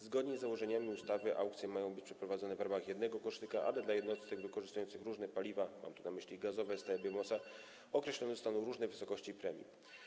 Zgodnie z założeniami ustawy aukcje mają być przeprowadzone w ramach jednego koszyka, a dla jednostek wykorzystujących różne paliwa, mam tu na myśli m.in. gazowe, określone zostaną różne wysokości premii.